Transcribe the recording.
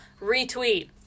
retweet